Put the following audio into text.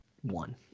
one